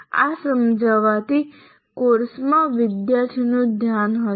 આ સમજાવવાથી કોર્સમાં વિદ્યાર્થીનું ધ્યાન જશે